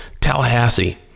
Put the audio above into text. Tallahassee